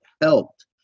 Helped